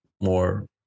more